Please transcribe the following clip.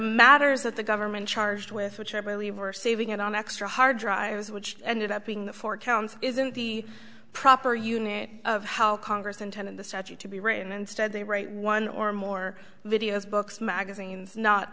matters that the government charged with which i believe are saving it on extra hard drives which ended up being the four counts isn't the proper unit of how congress intended the statute to be written instead they write one or more videos books magazines not